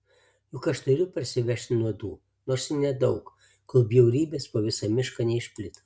juk aš turiu parsivežti nuodų nors ir nedaug kol bjaurybės po visą mišką neišplito